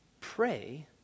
Pray